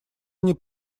они